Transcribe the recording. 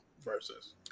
versus